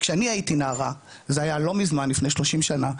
כשהייתי נערה זה היה לפני 30 שנה,